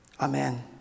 Amen